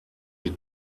die